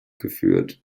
geführt